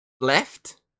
left